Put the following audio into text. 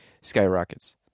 skyrockets